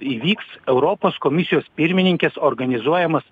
įvyks europos komisijos pirmininkės organizuojamas